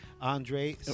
Andre